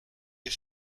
les